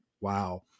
Wow